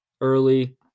early